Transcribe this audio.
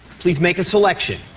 please make a selection.